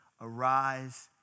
arise